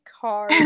Car